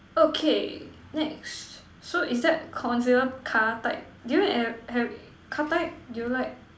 okay next so is that consider car type do you ever have car type do you like